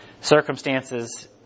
circumstances